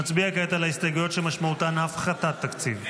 נצביע כעת על ההסתייגויות שמשמעותן הפחתת תקציב.